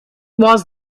was